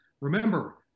Remember